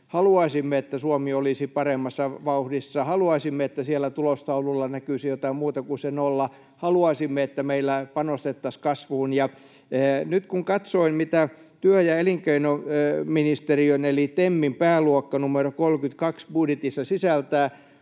haluaisimme, että Suomi olisi paremmassa vauhdissa, haluaisimme, että siellä tulostaululla näkyisi jotain muuta kuin se nolla, haluaisimme, että meillä panostettaisiin kasvuun. Nyt kun katsoin, mitä työ- ja elinkeinoministeriön eli TEMin pääluokka numero 32 budjetissa sisältää